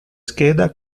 scheda